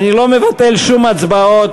אני לא מבטל שום הצבעות.